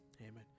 Amen